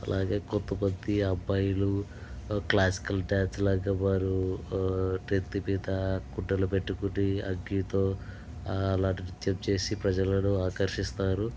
అలాగే కొంత మంది అబ్బాయిలు క్లాసికల్ డ్యాన్స్ లాగా వారు నెత్తి మీద గుడ్డలు పెట్టుకొని అగ్గితో అలాంటి నృత్యం చేసి ప్రజలను ఆకర్షిస్తారు